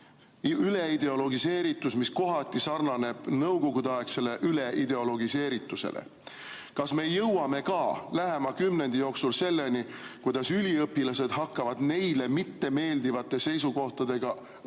üleideologiseeritus, mis kohati sarnaneb nõukogudeaegse üleideologiseeritusega. Kas me jõuame ka lähema kümnendi jooksul selleni, et üliõpilased hakkavad neile mittemeeldivate seisukohtadega õppejõude,